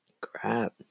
Crap